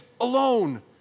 alone